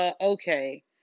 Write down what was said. okay